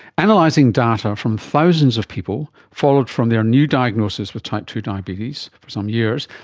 analysing data from thousands of people, followed from their new diagnosis with type two diabetes for some years,